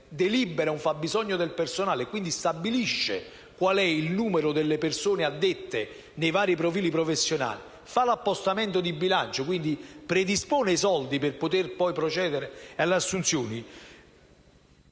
delibera un fabbisogno del personale - e quindi stabilisce quale sia il numero delle persone addette ai vari profili professionali, fa l'appostamento di bilancio, predisponendo i soldi per poter poi procedere all'assunzione,